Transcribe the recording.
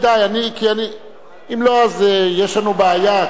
אם לא אז יש לנו בעיה כי,